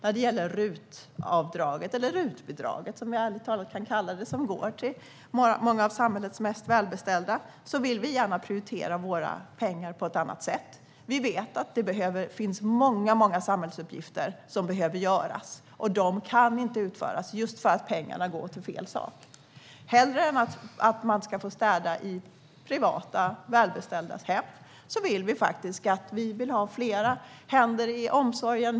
När det gäller RUT-avdraget - eller RUT-bidraget, som jag ärligt talat kan kalla det - som går till många av samhällets mest välbeställda vill vi gärna prioritera våra pengar på ett annat sätt. Vi vet att det finns många samhällsuppgifter som behöver utföras. De kan inte utföras, just för att pengarna går till fel sak. Hellre än att människor ska få städa i välbeställdas privata hem vill vi ha fler händer i omsorgen.